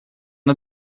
она